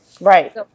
Right